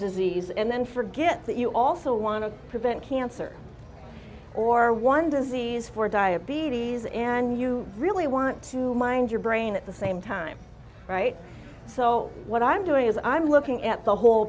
disease and then forget that you also want to prevent cancer or one disease for diabetes and you really want to mind your brain at the same time right so what i'm doing is i'm looking at the whole